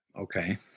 Okay